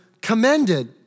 commended